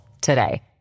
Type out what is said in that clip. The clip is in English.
today